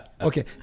Okay